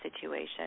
situation